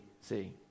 See